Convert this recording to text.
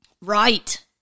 Right